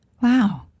wow